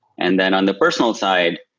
and then on the personal side,